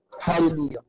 Hallelujah